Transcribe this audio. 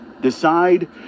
decide